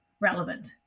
relevant